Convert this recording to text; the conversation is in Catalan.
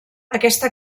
aquesta